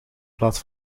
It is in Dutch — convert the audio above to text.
plaats